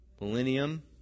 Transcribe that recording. Millennium